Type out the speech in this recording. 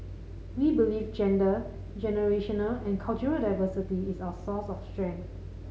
we believe gender generational and cultural diversity is our source of strength